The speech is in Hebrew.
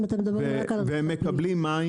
ממי הם מקבלים מים?